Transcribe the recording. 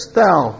thou